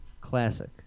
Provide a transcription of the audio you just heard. Classic